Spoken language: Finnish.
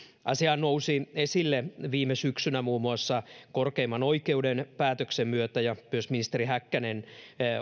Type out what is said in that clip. asia nousi esille viime syksynä muun muassa korkeimman oikeuden päätöksen myötä ja myös ministeri häkkänen